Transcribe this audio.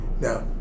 now